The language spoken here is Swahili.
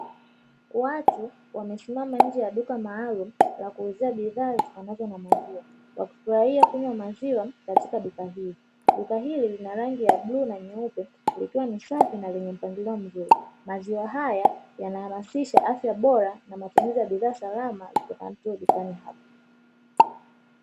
Watu wamesimama nje ya duka maalumu la kuuzia bidhaa zitokanzo na maziwa, wakifurahia kunywa maziwa katika duka hili. Duka hili lina rangi ya bluu na nyeupe likiwa ni safi na lenye mpangilio mzuri. Maziwa haya yanahamasisha afya bora na matumizi ya bidhaa salama zitokanazo dukani hapa.